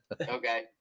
Okay